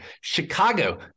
Chicago